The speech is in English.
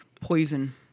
poison